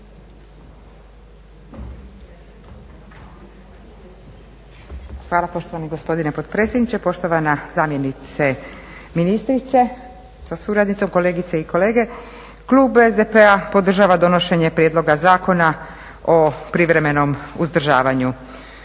Hvala poštovani gospodine potpredsjedniče. Poštovana zamjenice ministrice sa suradnicom, kolegice i kolege. Klub SDP-a podržava donošenje Prijedloga zakona o privremenom uzdržavanju.